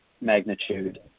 magnitude